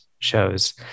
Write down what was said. shows